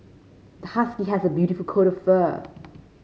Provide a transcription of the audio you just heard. the husky has a beautiful coat of fur